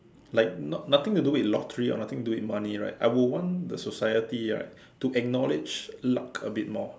like nothing to do with lottery or nothing to do with money right I would want the society right to acknowledge luck a bit more